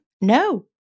No